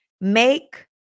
Make